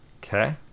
Okay